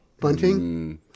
Bunting